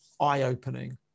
eye-opening